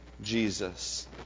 Jesus